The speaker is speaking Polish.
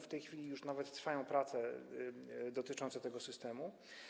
W tej chwili nawet trwają prace dotyczące tego systemu.